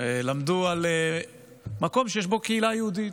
למדו על מקום שיש בו קהילה יהודית,